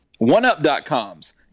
OneUp.coms